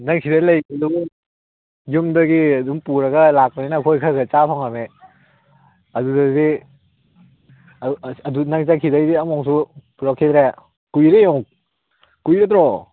ꯅꯪ ꯁꯤꯗ ꯂꯩꯔꯤꯉꯩꯗꯗꯤ ꯌꯨꯝꯗꯒꯤ ꯑꯗꯨꯝ ꯄꯨꯔꯒ ꯂꯥꯛꯄꯅꯤꯅ ꯑꯩꯈꯣꯏ ꯈꯔ ꯈꯔ ꯆꯥꯕ ꯐꯪꯉꯝꯃꯦ ꯑꯗꯨꯗꯗꯤ ꯑꯗꯨ ꯅꯪ ꯆꯠꯈꯤꯕꯗꯒꯤ ꯑꯝꯐꯧꯁꯨ ꯄꯨꯔꯛꯈꯤꯗ꯭ꯔꯦ ꯀꯨꯏꯔꯦ ꯌꯦꯡꯉꯨ ꯀꯨꯏꯔꯗ꯭ꯔꯣ